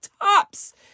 tops